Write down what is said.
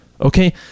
Okay